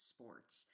Sports